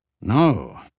No